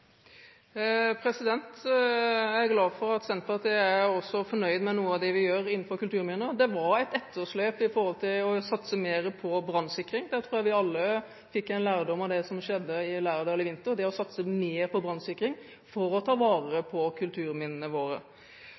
Jeg er glad for at Senterpartiet er fornøyd med noe av det vi gjør innenfor kulturminner. Det var et etterslep innen satsing på brannsikring. Jeg tror vi alle tok lærdom av det som skjedde i Lærdal i vinter, når det gjelder å satse mer på brannsikring for å ta vare på kulturminnene våre.